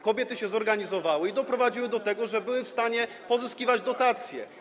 Kobiety się zorganizowały i doprowadziły do tego, że były w stanie pozyskiwać dotacje.